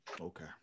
okay